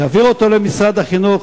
יעביר אותו למשרד החינוך,